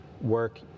work